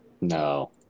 No